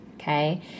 Okay